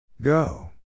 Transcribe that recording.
Go